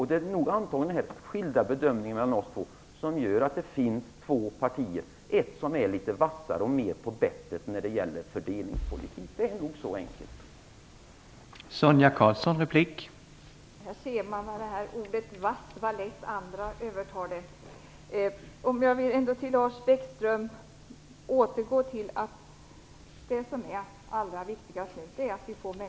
Det är antagligen dessa skilda bedömningar mellan oss två som gör att det finns två partier, ett som är litet vassare och mer på bettet när det gäller fördelningspolitik. Så enkelt är det nog.